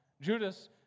Judas